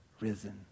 risen